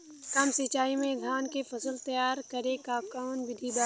कम सिचाई में धान के फसल तैयार करे क कवन बिधि बा?